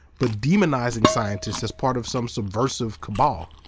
but demonizing scientists as part of some subversive cabal.